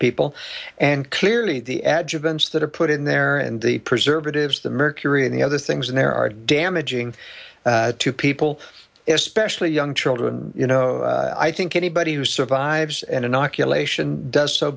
people and clearly the advents that are put in there and the preservatives the mercury and the other things in there are damaging to people especially young children you know i think anybody who survives an inoculation does so